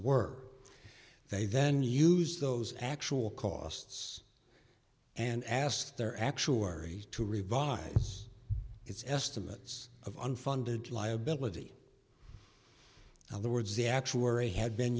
were they then use those actual costs and asked their actual to revise its estimates of unfunded liability of the words the actuary had been